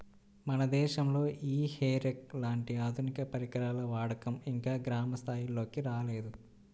మన దేశంలో ఈ హే రేక్ లాంటి ఆధునిక పరికరాల వాడకం ఇంకా గ్రామ స్థాయిల్లోకి రాలేదు